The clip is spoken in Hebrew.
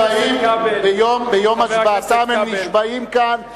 ביום השבעתם הם נשבעים כאן,